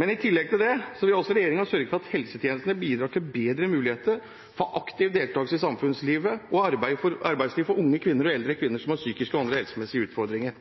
I tillegg til det vil regjeringen også sørge for at helsetjenestene bidrar til bedre muligheter for aktiv deltakelse i samfunnsliv og arbeidsliv for unge og eldre kvinner som har psykiske og andre helsemessige utfordringer.